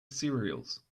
cereals